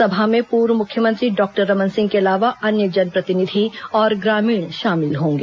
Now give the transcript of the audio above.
सभा में पूर्व मुख्यमंत्री डॉक्टर रमन सिंह के अलावा अन्य जनप्रतिनिधि और ग्रामीण शामिल होंगे